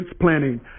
planning